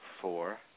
four